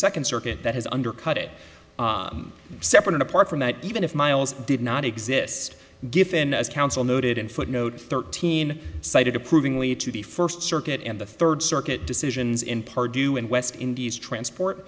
second circuit that has undercut it separate and apart from that even if miles did not exist given as counsel noted in footnote thirteen cited approvingly to the first circuit and the third circuit decisions in pardieu in west indies transport